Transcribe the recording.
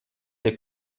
der